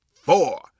four